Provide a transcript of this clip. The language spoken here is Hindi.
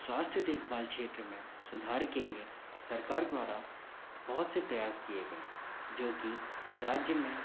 स्वास्थ्य देखभाल क्षेत्र में सुधार के लिए सरकार द्वारा बहुत से प्रयास किए गए जो कि राज्य में